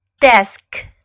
Desk